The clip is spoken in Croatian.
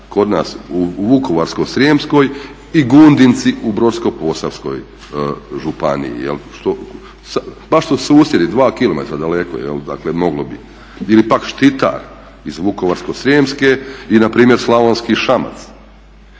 kod nas u Vukovarsko-srijemskom i Gundinci u Brodsko-posavskoj županiji. Baš su susjedi, 2km daleko moglo bi ili pak Štitar iz Vukovarsko-srijemske i npr. Slavonski Šamac.